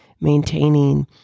maintaining